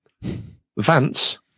Vance